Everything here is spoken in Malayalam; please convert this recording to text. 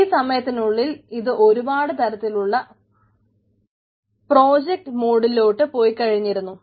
ഈ സമയത്തിനുള്ളിൽ ഇത് ഒരുപാട് തരത്തിലുള്ള പ്രോജക്ട് മോടിലോട്ട് പോയി കഴിഞ്ഞിരുന്നു